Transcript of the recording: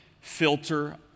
filter